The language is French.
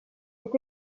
est